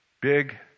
big